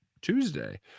tuesday